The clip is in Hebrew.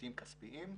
בהיבטים כספיים,